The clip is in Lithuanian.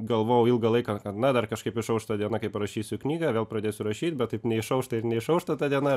galvojau ilgą laiką kad na dar kažkaip išauš ta diena kai parašysiu knygą vėl pradėsiu rašyt bet taip neišaušta ir neišaušta ta diena